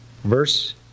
Verse